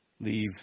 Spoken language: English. leave